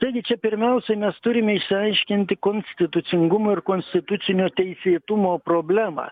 taigi čia pirmiausiai mes turime išsiaiškinti konstitucingumo ir konstitucinio teisėtumo problemą